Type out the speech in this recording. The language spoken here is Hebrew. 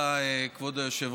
תודה, כבוד היושב-ראש.